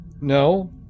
No